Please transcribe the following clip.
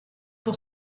pour